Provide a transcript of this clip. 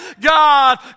God